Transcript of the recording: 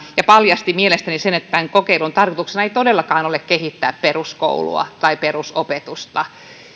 ja paljastivat sen että tämän kokeilun tarkoituksena ei todellakaan ole kehittää peruskoulua tai perusopetusta